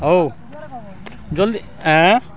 ହଉ ଜଲ୍ଦି ଏ